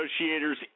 Negotiators